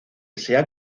sea